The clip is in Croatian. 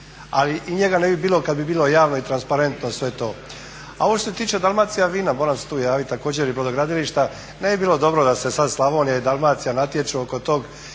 ali i njega ne bi bilo kada bi bilo javno i transparentno sve to. A ovo što se tiče Dalmacijavina moram se tu javiti također i brodogradilišta, ne bi bilo dobro da se sada Slavonija i Dalmacija natječu oko toga